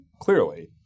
clearly